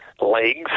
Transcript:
legs